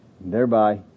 thereby